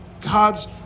God's